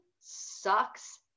sucks